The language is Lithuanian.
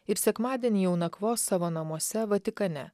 ir sekmadienį jau nakvos savo namuose vatikane